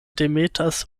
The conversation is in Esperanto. demetas